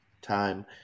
time